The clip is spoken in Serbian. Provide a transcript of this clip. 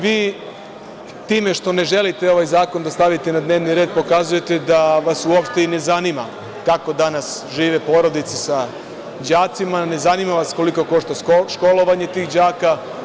Vi time što ne želite ovaj zakon da stavite na dnevni red pokazujete da vas uopšte i ne zanima kako danas žive porodice sa đacima, ne zanima vas koliko košta školovanje tih đaka.